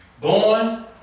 Born